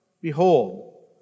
Behold